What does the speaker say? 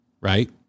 Right